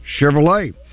Chevrolet